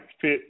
fit